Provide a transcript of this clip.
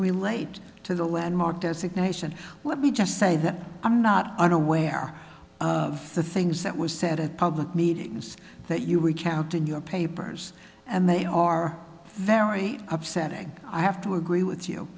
relate to the landmark designation let me just say that i'm not unaware of the things that was said at public meetings that you recount in your papers and they are very upsetting i have to agree with you